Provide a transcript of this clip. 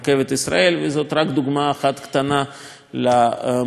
וזאת רק דוגמה אחת קטנה לבעיות זיהום אוויר